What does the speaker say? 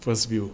first view